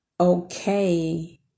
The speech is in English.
okay